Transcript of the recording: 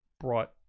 brought